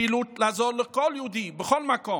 פעילות לעזור לכל יהודי, בכל מקום,